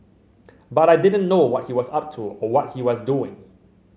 but I didn't know what he was up to or what he was doing